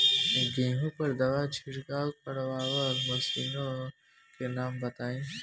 गेहूँ पर दवा छिड़काव करेवाला मशीनों के नाम बताई?